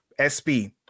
SB